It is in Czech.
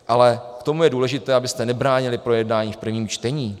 Ale k tomu je důležité, abyste nebránili v projednání v prvním čtení.